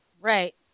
Right